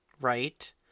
Right